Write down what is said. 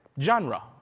genre